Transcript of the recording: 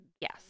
yes